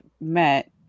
met